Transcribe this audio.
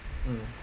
mm